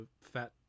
fat